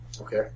Okay